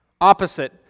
opposite